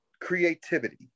creativity